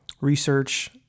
research